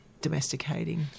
domesticating